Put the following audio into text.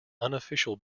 unofficial